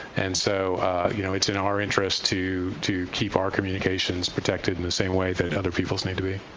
and so you know it's in um our interest to to keep our communications protected in the same way that other people's need to be.